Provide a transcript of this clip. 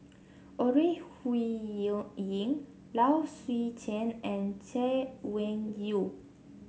Ore Low Swee Chen and Chay Weng Yew